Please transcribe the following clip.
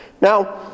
Now